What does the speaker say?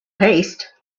haste